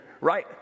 right